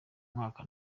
mwaka